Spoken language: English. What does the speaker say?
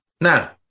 Now